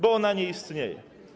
Bo ona nie istnieje.